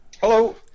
Hello